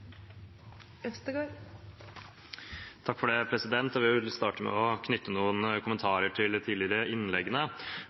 Jeg vil starte med å knytte noen